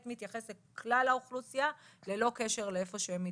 מתייחס לכלל האוכלוסייה ללא קשר לאיפה שהם מתגוררים.